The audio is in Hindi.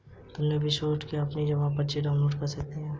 तुम क्विकबुक से भी अपनी जमा पर्ची डाउनलोड कर सकती हो